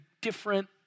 different